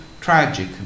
tragic